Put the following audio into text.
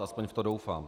Aspoň v to doufám.